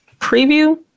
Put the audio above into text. Preview